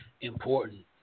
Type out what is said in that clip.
important